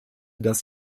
das